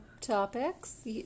topics